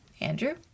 Andrew